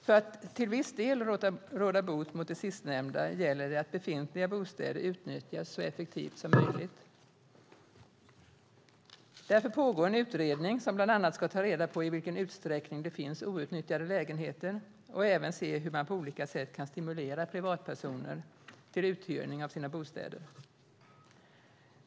För att till viss del råda bot på det sistnämnda gäller det att befintliga bostäder utnyttjas så effektivt som möjligt. Därför pågår en utredning som bland annat ska ta reda på i vilken utsträckning det finns outnyttjade lägenheter och även se hur man på olika sätt kan stimulera privatpersoner till uthyrning av sina bostäder.